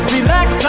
Relax